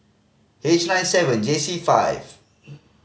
H nine seven J C five